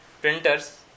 Printers